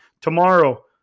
Tomorrow